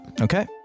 Okay